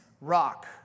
rock